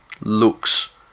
looks